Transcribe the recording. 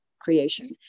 creation